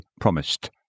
promised